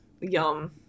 Yum